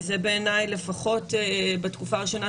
זה בעיני לפחות בתקופה הראשונה,